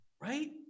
right